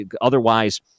otherwise—